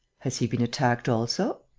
has he been attacked also?